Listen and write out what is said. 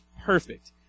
perfect